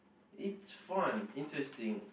it's fun interesting